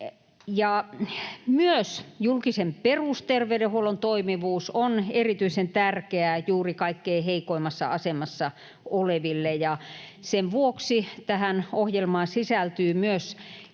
Myös julkisen perusterveydenhuollon toimivuus on erityisen tärkeää juuri kaikkein heikoimmassa asemassa oleville, ja sen vuoksi tähän ohjelmaan sisältyy myös